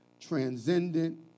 transcendent